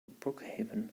brookhaven